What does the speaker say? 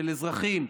של אזרחים,